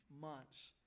months